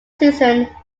season